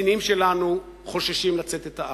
קצינים שלנו חוששים לצאת את הארץ,